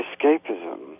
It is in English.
escapism